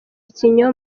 ikinyoma